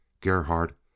Gerhardt